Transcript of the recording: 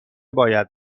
باید